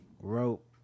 rope